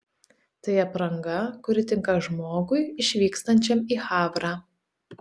tai apranga kuri tinka žmogui išvykstančiam į havrą